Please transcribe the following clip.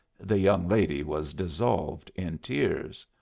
the young lady was dissolved in tears.